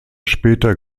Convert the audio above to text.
später